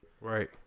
Right